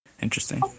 Interesting